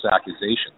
accusations